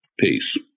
Peace